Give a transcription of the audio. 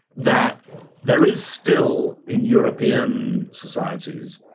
that there is still in european societies.